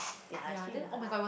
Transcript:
ya actually ya